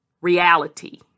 reality